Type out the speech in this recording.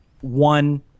one